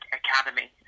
academy